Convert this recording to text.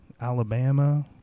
Alabama